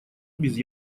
без